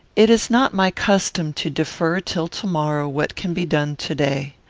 it is not my custom to defer till to-morrow what can be done to-day.